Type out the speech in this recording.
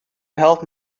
help